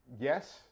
Yes